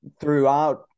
throughout